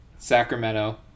Sacramento